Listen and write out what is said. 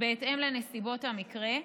בהתאם לנסיבות המקרה,